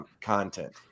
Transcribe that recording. content